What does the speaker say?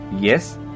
Yes